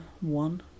one